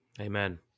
Amen